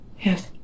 Yes